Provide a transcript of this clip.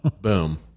Boom